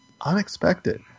unexpected